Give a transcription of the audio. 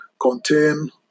contain